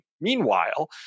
Meanwhile